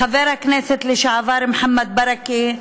חבר הכנסת לשעבר מוחמד ברכה,